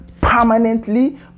permanently